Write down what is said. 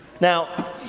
Now